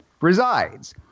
resides